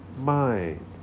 mind